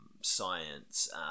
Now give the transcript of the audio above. science